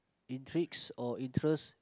intrigues or interest